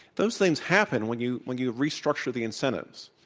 those things happen when you when you restructure the incentives.